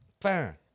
Fine